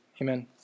amen